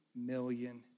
million